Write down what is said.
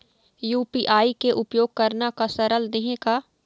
UPI के उपयोग करना का सरल देहें का?